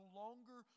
longer